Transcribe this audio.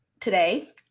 Today